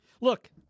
Look